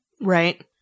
Right